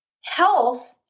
Health